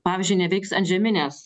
pavyzdžiui neveiks antžeminės